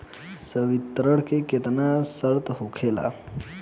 संवितरण के केतना शर्त होखेला?